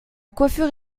coiffure